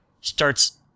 starts